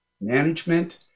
management